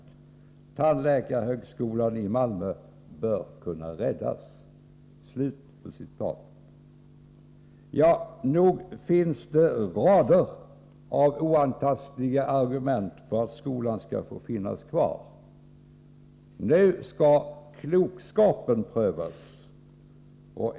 Tandläkarhögskolan i Malmö bör kunna räddas.” Ja, nog finns det rader av oantastliga argument för att skolan skall få finnas kvar. Nu skall klokskapen prövas.